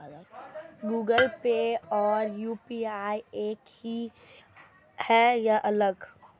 Google Pay और UPI एक ही है या अलग?